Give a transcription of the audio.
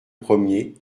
premier